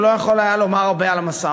הוא לא היה יכול לומר הרבה על המשא-ומתן.